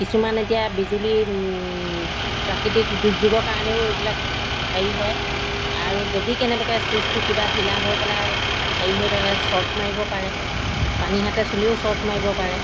কিছুমান এতিয়া বিজুলী প্ৰাকৃতিক দুৰ্যোগৰ কাৰণেও এইবিলাক হেৰি হয় আৰু যদি কেনেবাকৈ ছুইচটো কিবা ঢিলা হৈ পেলাই হেৰি হৈ থাকে শ্বৰ্ট মাৰিব পাৰে পানী হাতে চুলেও শ্বৰ্ট মাৰিব পাৰে